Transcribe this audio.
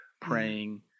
praying